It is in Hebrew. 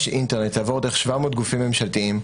אינטרנט לעבור דרך 700 גופים ממשלתיים,